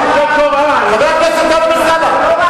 חבר הכנסת טלב אלסאנע,